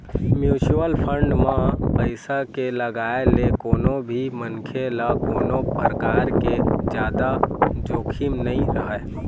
mutual fund म पइसा के लगाए ले कोनो भी मनखे ल कोनो परकार के जादा जोखिम नइ रहय